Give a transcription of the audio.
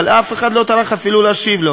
אבל אף אחד לא טרח אפילו להשיב לו.